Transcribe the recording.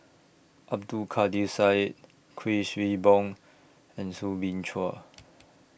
Abdul Kadir Syed Kuik Swee Boon and Soo Bin Chua